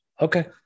okay